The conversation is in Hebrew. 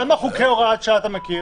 אבל כמה חוקי הוראת שעה אתה מכיר?